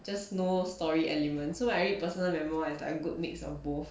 just no story elements so I already personal memoir as a good mix of both